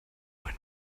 when